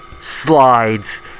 slides